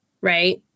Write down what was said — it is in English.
right